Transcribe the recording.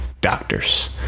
doctors